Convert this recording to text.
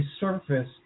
resurfaced